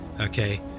okay